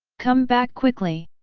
come back quickly!